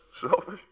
Selfish